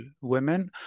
women